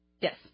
Yes